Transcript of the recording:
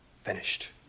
finished